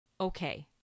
okay